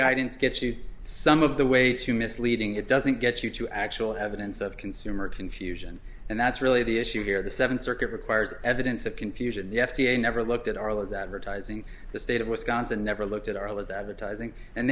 guidance gets you some of the way to misleading it doesn't get you to actual evidence of consumer confusion and that's really the issue here the seventh circuit requires evidence of confusion the f d a never looked at our lives advertising the state of wisconsin never looked at our lives advertising and